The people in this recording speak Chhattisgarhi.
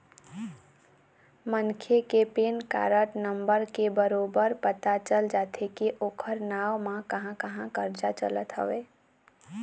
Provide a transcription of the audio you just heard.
मनखे के पैन कारड नंबर ले बरोबर पता चल जाथे के ओखर नांव म कहाँ कहाँ करजा चलत हवय